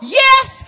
yes